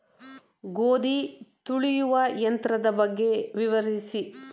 ಗೋಧಿ ತುಳಿಯುವ ಯಂತ್ರದ ಬಗ್ಗೆ ವಿವರಿಸಿ?